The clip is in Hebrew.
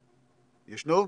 כן,